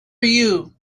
you